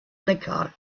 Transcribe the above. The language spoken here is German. neckar